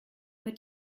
mit